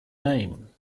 name